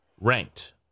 ranked